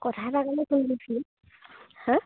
কথা এটা কাৰণে ফোন কৰিছিলোঁ